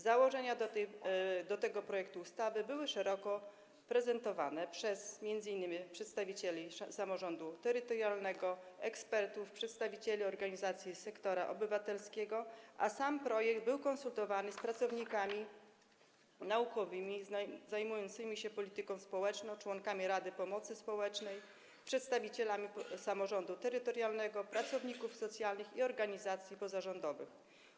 Założenia tego projektu ustawy były szeroko prezentowane, m.in. przez przedstawicieli samorządu terytorialnego, ekspertów, przedstawicieli organizacji sektora obywatelskiego, a sam projekt był konsultowany z pracownikami naukowymi zajmującymi się polityką społeczną, członkami Rady Pomocy Społecznej, przedstawicielami samorządu terytorialnego, pracownikami socjalnymi i przedstawicielami organizacji pozarządowych.